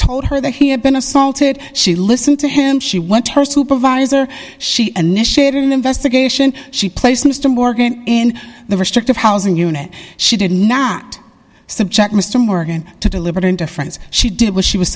told her that he had been assaulted she listened to him she went to her supervisor she initiated an investigation she placed mr morgan in the restricted housing unit she did not subject mr morgan to deliberate indifference she did was she was